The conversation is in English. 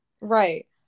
Right